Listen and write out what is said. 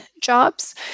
jobs